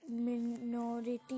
minority